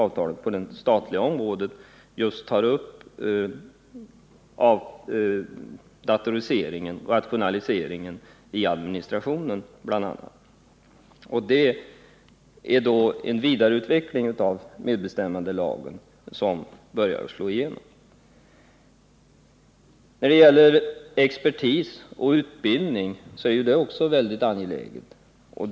Avtalen på det statliga området tar just upp bl.a. datoriseringen, rationaliseringen, inom administrationen. En vidareutveckling av medbestämmandelagen börjar alltså slå igenom. Även frågan om expertis och utbildning är mycket angelägen.